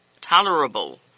tolerable